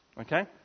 Okay